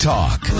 Talk